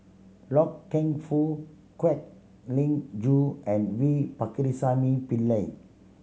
Loy Keng Foo Kwek Leng Joo and V Pakirisamy Pillai